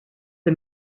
the